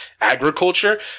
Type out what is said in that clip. agriculture